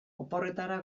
oporretara